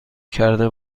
کرده